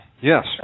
yes